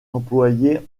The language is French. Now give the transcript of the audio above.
employées